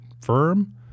firm